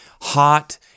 hot